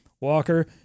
Walker